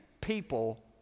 people